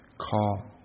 call